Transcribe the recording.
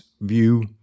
view